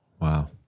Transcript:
Wow